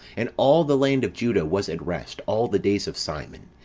and all the land of juda was at rest all the days of simon,